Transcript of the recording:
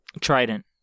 Trident